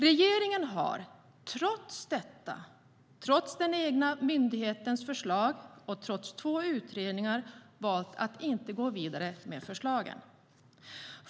Regeringen har trots detta, trots den egna myndighetens förslag och trots två utredningar, valt att inte gå vidare med förslagen.